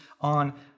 on